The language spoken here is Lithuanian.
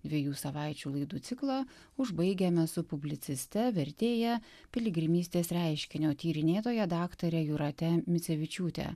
dviejų savaičių laidų ciklą užbaigiame su publiciste vertėja piligrimystės reiškinio tyrinėtoja daktare jūrate micevičiūte